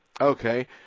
Okay